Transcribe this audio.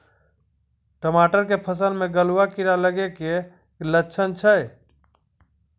टमाटर के फसल मे गलुआ कीड़ा लगे के की लक्छण छै